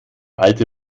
alte